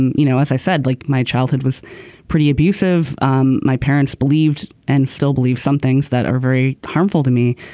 and you know as i said like my childhood was pretty abusive. um my parents believed and still believe some things that are very harmful to me.